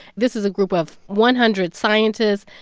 this is a group of one hundred scientists.